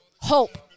hope